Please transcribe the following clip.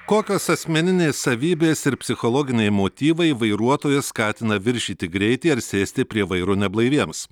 kokios asmeninės savybės ir psichologiniai motyvai vairuotojus skatina viršyti greitį ar sėsti prie vairo neblaiviems